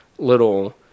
little